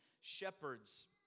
shepherds